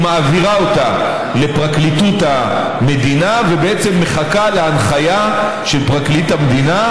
היא מעבירה אותה לפרקליטות המדינה ומחכה להנחיה של פרקליט המדינה